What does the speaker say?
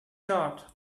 chart